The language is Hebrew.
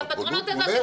-- כי הפטרונות הזאת,